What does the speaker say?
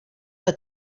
que